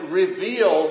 reveal